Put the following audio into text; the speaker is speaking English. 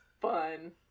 fun